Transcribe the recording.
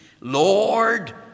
Lord